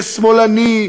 כשמאלני,